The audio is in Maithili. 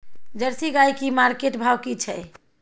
जर्सी गाय की मार्केट भाव की छै?